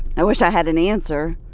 i wish i had an answer,